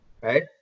right